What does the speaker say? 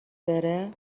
بره